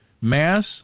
mass